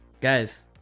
Guys